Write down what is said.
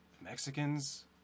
Mexicans